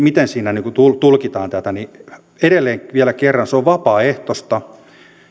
miten siinä tulkitaan tätä edelleen vielä kerran se on vapaaehtoista